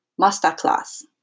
Masterclass